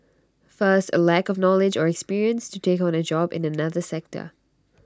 first A lack of knowledge or experience to take on A job in another sector